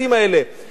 ובתוך כך,